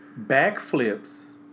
Backflips